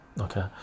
Okay